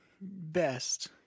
best